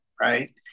right